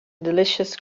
delicious